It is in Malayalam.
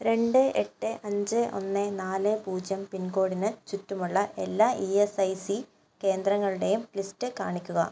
രണ്ട് എട്ട് അഞ്ച് ഒന്ന് നാല് പൂജ്യം പിൻകോഡിന് ചുറ്റുമുള്ള എല്ലാ ഇ എസ് ഐ സി കേന്ദ്രങ്ങളുടെയും ലിസ്റ്റ് കാണിക്കുക